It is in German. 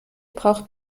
braucht